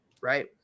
right